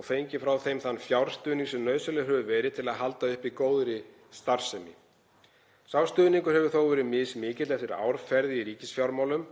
og fengið frá þeim þann fjárstuðning sem nauðsynlegur hefur verið til að halda uppi góðri starfsemi. Sá stuðningur hefur þó verið mismikill eftir árferði í ríkisfjármálum